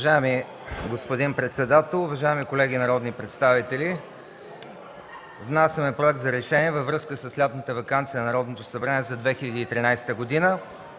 Уважаеми господин председател, уважаеми колеги народни представители! Внасяме Проект за решение във връзка с лятната ваканция на Народното събрание за 2013 г.: